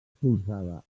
expulsada